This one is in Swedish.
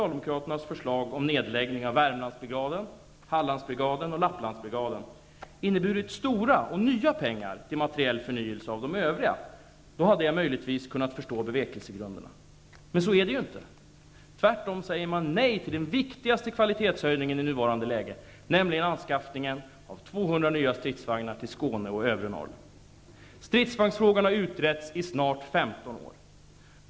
Lapplandsbrigaden hade inneburit stora och nya pengar till materiell förnyelse av de övriga, hade jag möjligen kunnat förstå bevekelsegrunderna. Men så är det inte. Tvärtom säger man nej till den viktigaste kvalitetshöjningen i nuvarande läge, nämligen anskaffningen av 200 nya stridsvagnar till Stridsvagnsfrågan har utretts i snart 15 år.